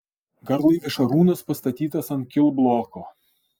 garlaivis šarūnas pastatytas ant kilbloko